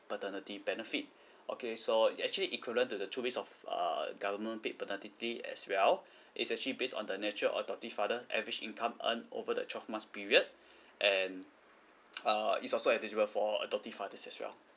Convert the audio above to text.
paternity benefit okay so it actually equivalent to the two weeks of err government paid paternity as well it's actually based on the natural or adoptive father average income earn over the twelve months period and err it's also eligible for adoptive fathers as well